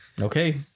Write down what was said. okay